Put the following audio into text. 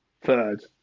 third